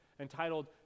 entitled